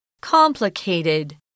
Complicated